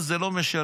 אבל זה לא משנה.